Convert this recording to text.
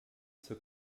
zur